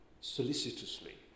solicitously